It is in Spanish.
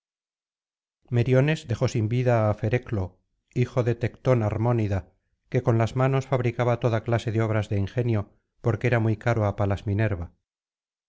meriones dejó sin vida á fereclo hijo de tectón harmónida que con las manos fabricaba toda clase de obras de ingenio porque era muy caro á palas minerva